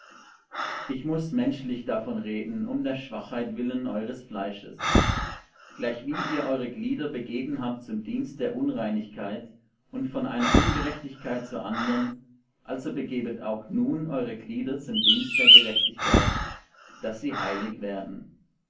ich muß menschlich davon reden um der schwachheit willen eures fleisches gleichwie ihr eure glieder begeben habet zum dienst der unreinigkeit und von einer ungerechtigkeit zur andern also begebet auch nun eure glieder zum dienst der gerechtigkeit daß sie heilig werden